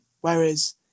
Whereas